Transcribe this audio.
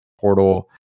portal